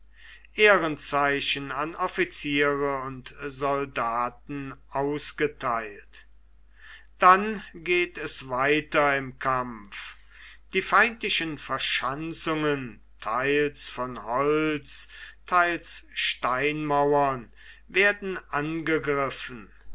ehrenzeichen an offiziere und soldaten ausgeteilt dann geht es weiter im kampf die feindlichen verschanzungen teils von holz teils steinmauern werden angegriffen